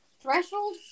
threshold